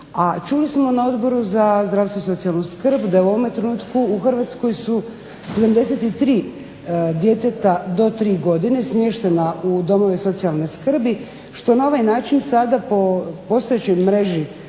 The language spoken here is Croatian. čuli smo na Odboru za zdravstvo i socijalnu skrb da u ovom trenutku u Hrvatskoj su 73 djeteta do 3 godine smještena u domove socijalne skrbi što na ovaj način sada po postojećoj mreži